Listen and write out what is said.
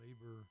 labor